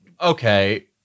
okay